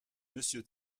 monsieur